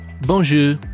Bonjour